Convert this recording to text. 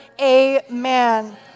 amen